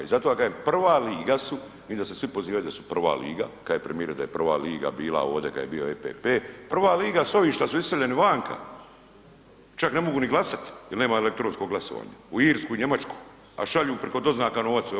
I zato ja kažem, prva liga su, vidim da se svi pozivaju da su prva liga, kaže premijer da je prva liga bila ovdje kad je bio EPP, prva liga su ovi šta su iseljeni vanka, čak ne mogu ni glasat jer nema elektronskog glasovanja u Irsku, Njemačku, a šalju preko doznaka novac.